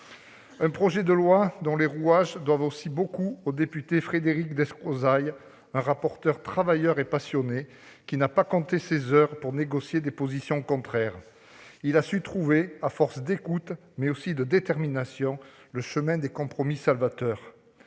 un projet de loi dont les rouages doivent aussi beaucoup au député Frédéric Descrozaille. Il a été un rapporteur travailleur et passionné, puisqu'il n'a pas compté ses heures pour concilier des positions contraires. Il a su trouver à force d'écoute, mais aussi de détermination, le chemin des compromis salvateurs.